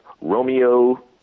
Romeo